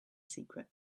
secret